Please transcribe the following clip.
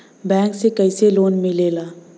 Bank से कइसे loan मिलेला?